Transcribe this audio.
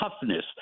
toughness